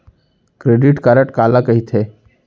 Credit card काला कहिथे?